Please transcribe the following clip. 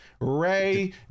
ray